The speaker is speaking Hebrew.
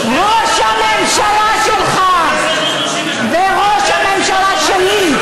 ראש הממשלה שלך וראש הממשלה שלי.